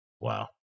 Wow